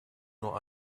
nur